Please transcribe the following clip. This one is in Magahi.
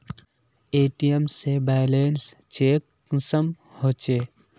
ए.टी.एम से बैलेंस चेक कुंसम होचे?